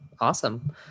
awesome